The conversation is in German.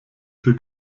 für